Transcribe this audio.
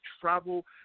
travel